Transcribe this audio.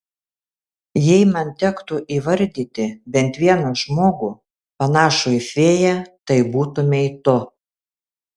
jei man tektų įvardyti bent vieną žmogų panašų į fėją tai būtumei tu